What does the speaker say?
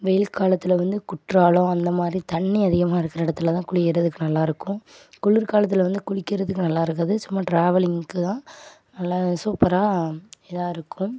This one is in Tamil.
வெயில் காலத்தில் வந்து குற்றாலம் அந்த மாதிரி தண்ணி அதிகமாக இருக்கிற இடத்துல தான் குளிக்கிறதுக்கு நல்லா இருக்கும் குளிர்காலத்தில் வந்து குளிக்கிறதுக்கு நல்லா இருக்காது சும்மா ட்ராவெலிங்கு தான் நல்லா சூப்பராக இதாக இருக்கும்